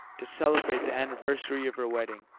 to celebrate the anniversary of her wedding,